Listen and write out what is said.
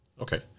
Okay